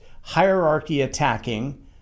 hierarchy-attacking